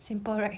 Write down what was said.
simple right